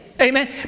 Amen